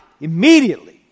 immediately